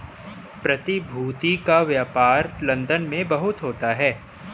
प्रतिभूति का व्यापार लन्दन में बहुत होता है